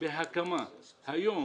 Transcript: היום,